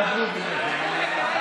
זה המאוחר מבין השניים.